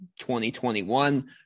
2021